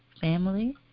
family